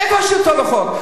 איפה שלטון החוק?